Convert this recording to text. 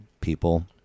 people